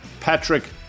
Patrick